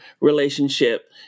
relationship